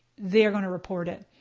they are gonna report it.